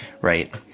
right